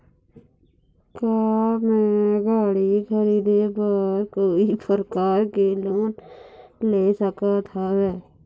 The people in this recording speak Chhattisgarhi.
का मैं गाड़ी खरीदे बर कोई प्रकार के लोन ले सकत हावे?